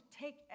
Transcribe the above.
take